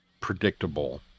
predictable